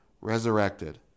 resurrected